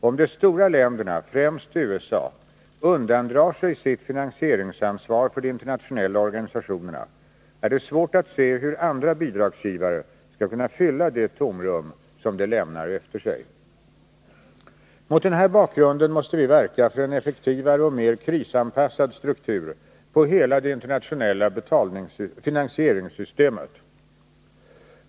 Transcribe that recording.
Om de stora länderna, främst USA, undandrar sig sitt finansieringsansvar för de internationella organisationerna är det svårt att se hur andra bidragsgivare skall kunna fylla det tomrum de lämnar efter sig. Mot den här bakgrunden måste vi verka för en effektivare och mer krisanpassad struktur på hela det internationella finansieringssystemet.